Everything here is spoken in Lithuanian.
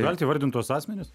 galit įvardint tuos asmenis